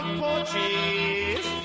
porches